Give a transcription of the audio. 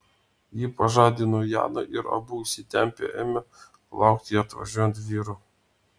ji pažadino janą ir abu įsitempę ėmė laukti atvažiuojant vyrų